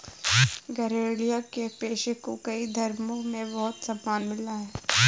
गरेड़िया के पेशे को कई धर्मों में बहुत सम्मान मिला है